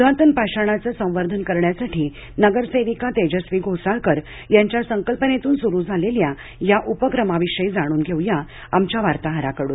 पुरातन पाषाणाचे संवर्धन करण्यासाठी नगरसेविका तेजस्वी घोसाळकर यांच्या संकल्पनेतून सुरू झालेल्या या उपक्रमाविषयी जाणून घेऊयात आमच्या वार्ताहराकडून